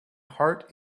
heart